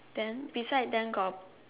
then beside them got